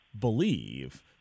believe